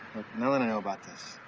know and know about this,